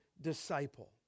disciple